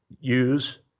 use